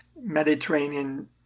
Mediterranean